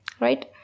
right